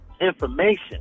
information